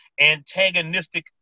antagonistic